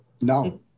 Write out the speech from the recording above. No